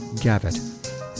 gavitt